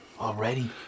Already